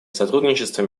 сотрудничество